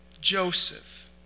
Joseph